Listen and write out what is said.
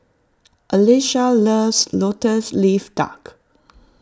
Alisha loves Lotus Leaf Duck